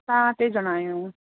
असां टे ॼणा आहियूं